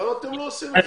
למה אתם לא עושים את זה?